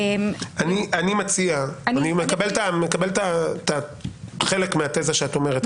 אני מקבל חלק מהתזה שאת אומרת כאן.